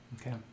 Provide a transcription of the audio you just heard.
Okay